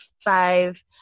five